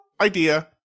idea